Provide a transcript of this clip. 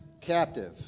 captive